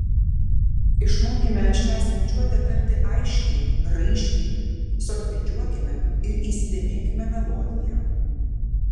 išmokime šią skaičiuotę tarti aiškiai raiškiai solfedžiuokime ir įsidėmėkime melodiją